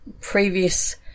previous